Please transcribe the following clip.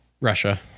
Russia